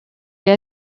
est